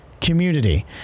community